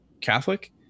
Catholic